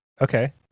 okay